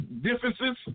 differences